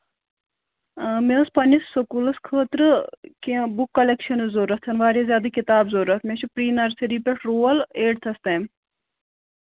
مےٚ ٲس پَنٛنِس سکوٗلَس خٲطرٕ کیٚنہہ بُک کَلٮ۪کشَنٕز ضوٚرَتھ واریاہ زیادٕ کِتابہٕ ضوٚرَتھ مےٚ چھُ پرٛی نَرسٔری پٮ۪ٹھ رول ایٹتھَس تام